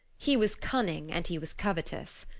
he was cunning and he was covetous.